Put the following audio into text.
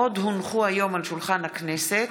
הונחו היום על שולחן הכנסת